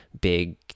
big